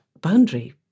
boundary